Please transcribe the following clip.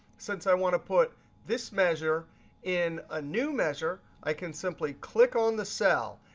since i want to put this measure in a new measure, i can simply click on the cell,